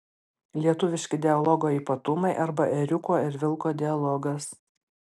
lietuviški dialogo ypatumai arba ėriuko ir vilko dialogas